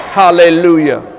hallelujah